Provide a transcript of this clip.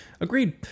Agreed